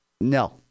No